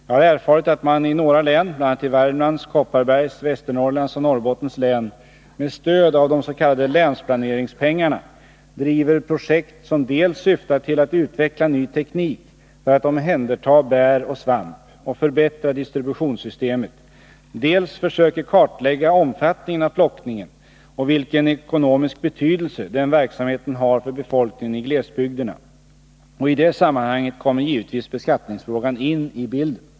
Jag har erfarit att man i några län, bl.a. i Värmlands, Kopparbergs, Västernorrlands och Norrbottens län, med stöd av de s.k. länsplaneringspengarna, driver projekt som dels syftar till att utveckla ny teknik för att omhänderta bär och svamp och förbättra distributionssystemet, dels försöker kartlägga omfattningen av plockningen och vilken ekonomisk betydelse den verksamheten har för befolkningen i glesbygderna, och i det sammanhanget kommer givetvis beskattningsfrågan in i bilden.